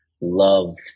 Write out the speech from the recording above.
love